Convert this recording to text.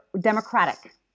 democratic